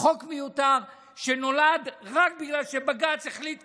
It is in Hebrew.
זה חוק מיותר שנולד רק בגלל שבג"ץ החליט,